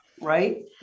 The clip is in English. right